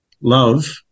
love